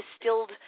distilled